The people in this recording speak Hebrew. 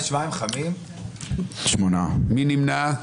מי נמנע?